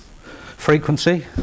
frequency